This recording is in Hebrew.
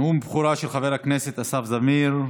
נאום בכורה של חבר הכנסת אסף זמיר.